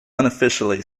unofficially